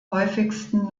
häufigsten